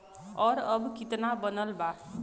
और अब कितना बनल बा?